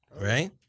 right